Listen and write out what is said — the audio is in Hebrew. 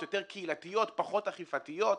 יותר קהילתיות ופחות אכיפתיות.